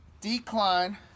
decline